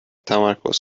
تمرکز